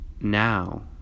now